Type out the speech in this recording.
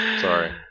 Sorry